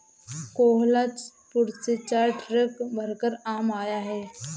कोहलापुर से चार ट्रक भरकर आम आया है